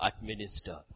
administer